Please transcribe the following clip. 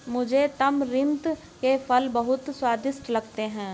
मुझे तमरिंद के फल बहुत स्वादिष्ट लगते हैं